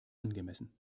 angemessen